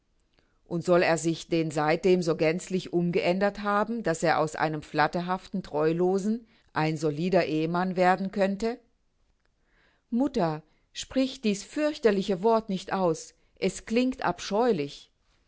und soll er sich denn seitdem so gänzlich umgeändert haben daß er aus einem flatterhaften treulosen ein solider ehemann werden könnte mutter sprich dieß fürchterliche wort nicht aus es klingt abscheulich